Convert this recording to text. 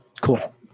cool